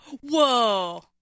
Whoa